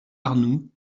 arnoult